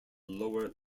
lower